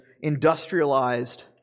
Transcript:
industrialized